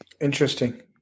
Interesting